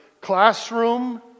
classroom